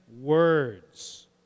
words